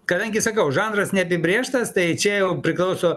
kadangi sakau žanras neapibrėžtas tai čia jau priklauso